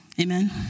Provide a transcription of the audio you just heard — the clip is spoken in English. Amen